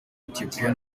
ethiopiya